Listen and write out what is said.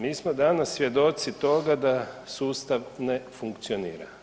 Mi smo danas svjedoci toga da sustav ne funkcionira.